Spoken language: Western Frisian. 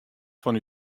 fan